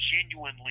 genuinely